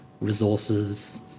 resources